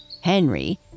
Henry